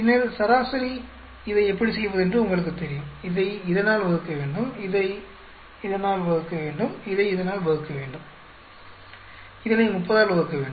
பின்னர் சராசரி இதை எப்படி செய்வதென்று உங்களுக்கு தெரியும் இதை இதனால் வகுக்க வேண்டும் இதை இதனால் வகுக்க வேண்டும் இதை இதனால் வகுக்க வேண்டும் இதனை 30 ஆல் வகுக்கவேண்டும்